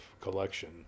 collection